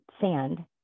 sand